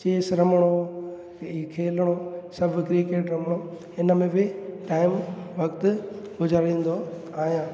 chess रमिणो इहे खेलिणो सभु क्रिकेट रमिणो हिन में बि टाइम वक़्त गुजारींदो आहियां